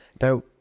Now